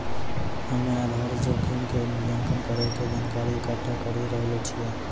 हम्मेआधार जोखिम के मूल्यांकन करै के जानकारी इकट्ठा करी रहलो छिऐ